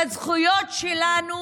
בזכויות שלנו